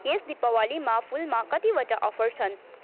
यस दीपावलीमा फुलमा कतिवटा अफर छन्